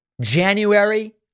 January